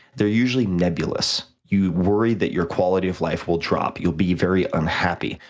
they're usually nebulous. you worry that your quality of life will drop. you'll be very unhappy,